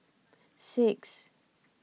six